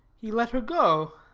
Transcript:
he let her go.